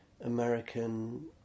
American